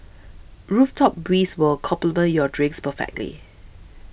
rooftop breeze will complement your drinks perfectly